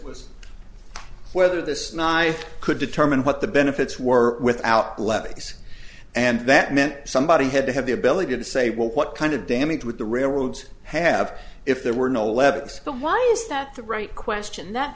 was whether this knife could determine what the benefits were without legs and that meant somebody had to have the ability to say well what kind of damage with the railroads have if there were no legs why is that the right question that